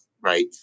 right